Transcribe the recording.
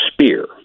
spear